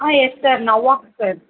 ஆ yes sir நவ்வாக் sir